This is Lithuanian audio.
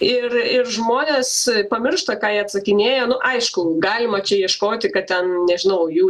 ir ir žmonės pamiršta ką jie atsakinėja nu aišku galima čia ieškoti kad ten nežinau jų